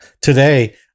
Today